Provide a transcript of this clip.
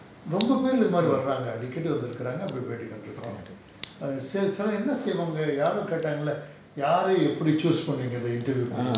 okay okay ah